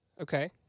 Okay